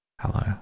Hello